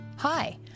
Hi